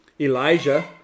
Elijah